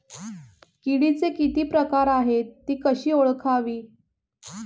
किडीचे किती प्रकार आहेत? ति कशी ओळखावी?